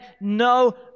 no